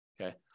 Okay